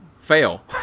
fail